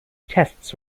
tests